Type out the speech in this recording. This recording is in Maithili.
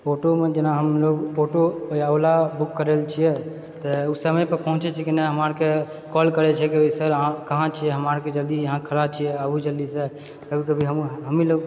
ओटोमे जेना हमलोग ओटो या ओला बुक करैलो छियै तऽ ओ समय पर पहुँचै छै कि नहि हमराआरके कॉल करै छै कि सर अहाँ कहाँ छियै हमरा आरके जल्दी ईहाँ खड़ा छियै आबु जल्दीसँ कभी कभी हमही लोग